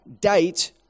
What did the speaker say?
date